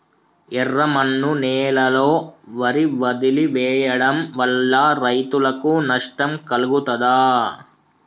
ఎర్రమన్ను నేలలో వరి వదిలివేయడం వల్ల రైతులకు నష్టం కలుగుతదా?